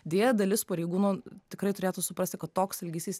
deja dalis pareigūnų tikrai turėtų suprasti kad toks elgesys